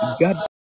God